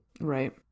Right